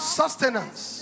sustenance